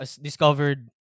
discovered